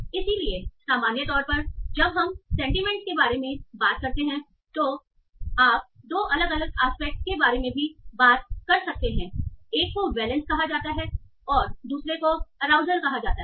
इसलिए सामान्य तौर पर जब हम सेंटीमेंट के बारे में बात करते हैं तो आप दो अलग अलग एस्पेक्ट के बारे में भी बात कर सकते हैं एक को वैलेन्स कहा जाता है और दूसरे को अराउजल कहा जाता है